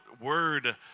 word